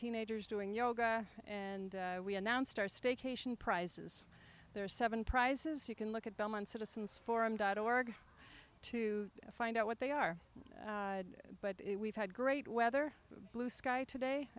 teenagers doing yoga and we announced our staycation prizes there are seven prizes you can look at belmont citizens forum dot org to find out what they are but it we've had great weather blue sky today